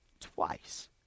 Twice